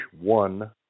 one